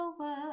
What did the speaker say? over